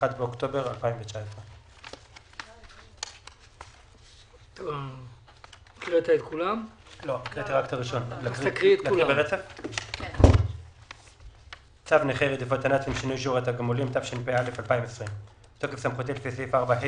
1 באוקטובר 2019. בתוקף סמכותי לפי סעיף 4(ה)